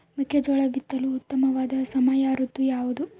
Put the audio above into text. ಮೆಕ್ಕೆಜೋಳ ಬಿತ್ತಲು ಉತ್ತಮವಾದ ಸಮಯ ಋತು ಯಾವುದು?